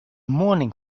morning